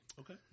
Okay